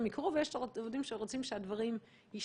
יקרו ויש את העובדים שרוצים שהדברים ישתהו.